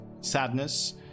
sadness